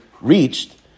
reached